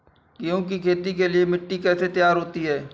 गेहूँ की खेती के लिए मिट्टी कैसे तैयार होती है?